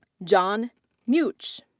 john muich.